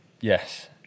Yes